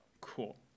Cool